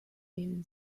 been